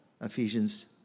Ephesians